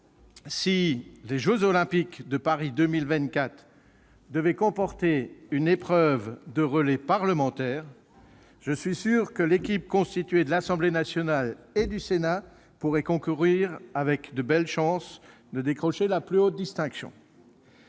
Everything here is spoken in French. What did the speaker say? si les jeux Olympiques de Paris 2024 devaient comporter une épreuve de relais parlementaire, une équipe constituée de membres de l'Assemblée nationale et du Sénat pourrait concourir avec de belles chances de décrocher la plus haute distinction.